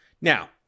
Now